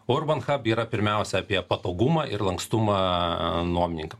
urbanchab yra pirmiausia apie patogumą ir lankstumą nuomininkam